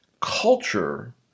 Culture